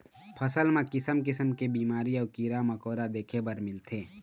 फसल म किसम किसम के बिमारी अउ कीरा मकोरा देखे बर मिलथे